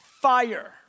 fire